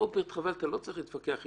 רוברט, חבל, אתה לא צריך להתווכח איתו.